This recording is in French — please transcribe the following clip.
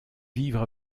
vivre